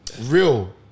Real